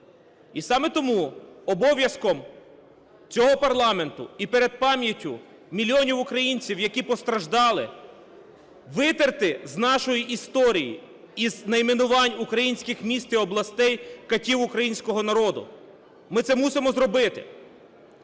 і саме тому обов'язком цього парламенту і перед пам'яттю мільйонів українців, які постраждали, витерти з нашої історії, із найменувань українських міст і областей катів українського народу. Ми це мусимо зробити.